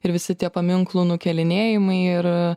ir visi tie paminklų nukėlinėjimai ir